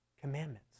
commandments